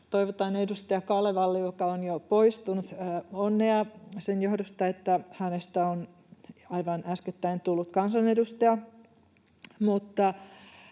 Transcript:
Toivotan edustaja Kalevalle — joka on jo poistunut — onnea sen johdosta, että hänestä on aivan äskettäin tullut kansanedustaja,